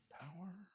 power